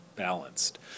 balanced